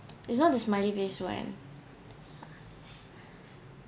it's not the smiley face one